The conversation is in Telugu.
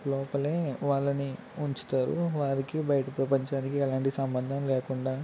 లోపలే వాళ్ళని ఉంచుతారు వారికి బయట ప్రపంచానికి ఎలాంటి సంబంధం లేకుండా